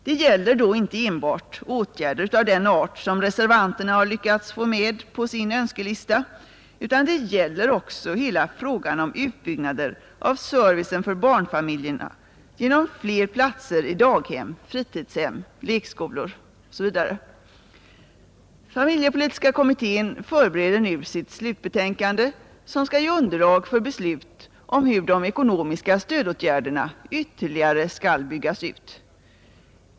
Det gäller då inte enbart åtgärder av den art som reservanterna har lyckats få med på sin önskelista, utan det gäller också hela frågan om utbyggnader av servicen för barnfamiljerna genom fler platser i daghem, fritidshem, lekskolor osv. Familjepolitiska kommittén förbereder nu sitt slutbetänkande, som skall ge underlag för beslut om hur de ekonomiska stödåtgärderna ytterligare skall byggas ut.